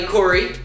Corey